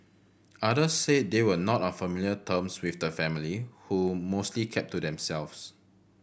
others said they were not on familiar terms with the family who mostly kept to themselves